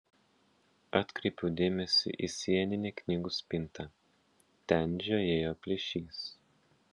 atkreipiau dėmesį į sieninę knygų spintą ten žiojėjo plyšys